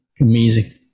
amazing